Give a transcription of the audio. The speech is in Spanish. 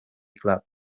club